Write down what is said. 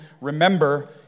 remember